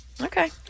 Okay